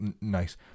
nice